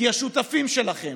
כי השותפים שלכם,